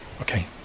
Okay